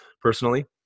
personally